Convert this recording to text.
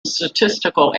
statistical